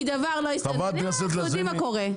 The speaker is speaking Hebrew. אנחנו יודעים מה קורה.